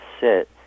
sit